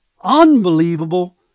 unbelievable